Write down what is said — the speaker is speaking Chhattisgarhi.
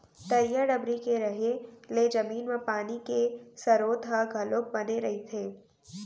तरिया डबरी के रहें ले जमीन म पानी के सरोत ह घलोक बने रहिथे